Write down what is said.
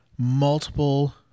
multiple